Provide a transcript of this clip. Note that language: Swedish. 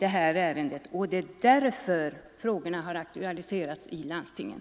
Det är därför som frågan nu har aktualiserats av landstingen.